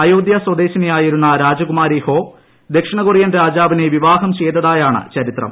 അയോധ്യ സ്വദേശിനിയായിരുന്ന രാജകു മാരി ഹൊ ദക്ഷിണ കൊറിയൻ രാജാവിനെ വിവാഹം ചെയ്തതാ യാണ് ചരിത്രം